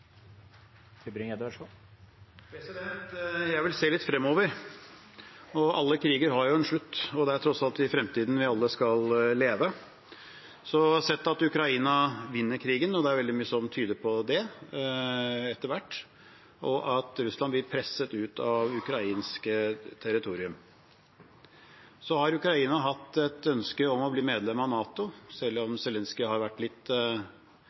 vi alle skal leve. Sett at Ukraina vinner krigen – det er veldig mye som etter hvert tyder på det – og at Russland blir presset ut av ukrainsk territorium: Ukraina har hatt et ønske om å bli medlem av NATO, selv om Zelenskyj har vært litt